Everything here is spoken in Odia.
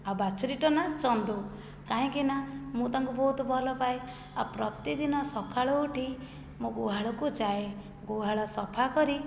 ଆଉ ବାଛୁରିଟା ନାଁ ଚନ୍ଦୁ କାହିଁକି ନା ମୁଁ ତାଙ୍କୁ ବହୁତ ଭଲ ପାଏ ଆଉ ପ୍ରତିଦିନ ସକାଳୁ ଉଠି ମୁଁ ଗୁହାଳକୁ ଯାଏ ଗୁହାଳକୁ ସଫା କରି